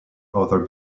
other